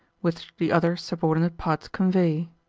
which the other subordinate parts convey.